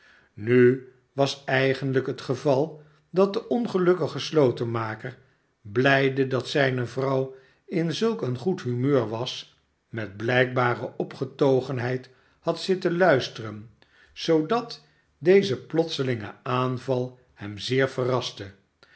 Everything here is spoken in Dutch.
nu was eigenlijk het geval dat de ongelukkige slotenmaker blijde dat zijne vrouw in zulk een goed humeur was met blijkbare opgetogenheid had zitten luisteren zoodat deze plotselinge aanval hem zeer verrastte